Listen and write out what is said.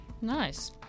Nice